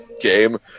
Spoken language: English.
game